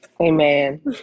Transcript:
Amen